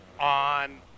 on